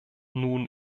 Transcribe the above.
nun